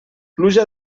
pluja